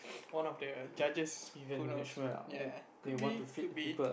one of the judges who knows ya could be could be